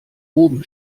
oben